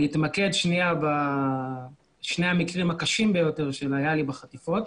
אני אתמקד בשני המקרים הקשים ביותר שהיו לי בחטיפות,